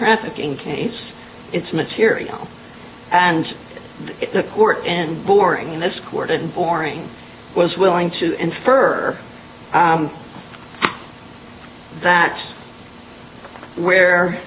trafficking case it's material and the court and boring in this court and boring was willing to infer that where